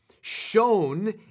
shown